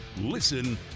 Listen